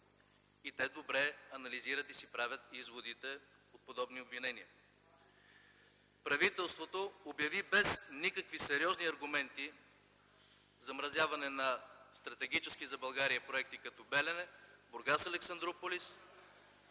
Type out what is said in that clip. и те добре анализират и си правят изводите от подобни обвинения. Правителството обяви без никакви сериозни аргументи замразяване на стратегически за България проекти като „Белене”, „Бургас-Александруполис”,